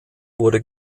wurde